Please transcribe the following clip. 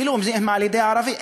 אפילו אם זה על-ידי ערבי.